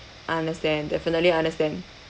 understand definitely understand